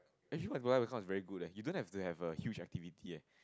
actually account is very good eh you don't have to have a huge activity eh